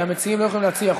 כי המציעים לא יכולים להציע.